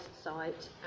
site